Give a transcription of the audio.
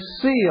seal